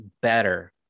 better